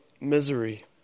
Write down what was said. misery